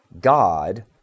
God